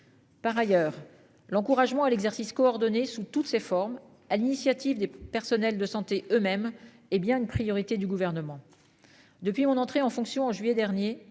Par ailleurs, l'encouragement à l'exercice coordonné sous toutes ses formes. À l'initiative des personnels de santé eux-mêmes hé bien une priorité du gouvernement. Depuis mon entrée en fonction en juillet dernier.